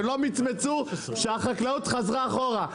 הם לא מצמצו כשהחלקאות חזרה אחרוה.